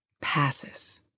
passes